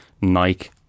Nike